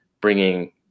bringing